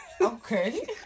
Okay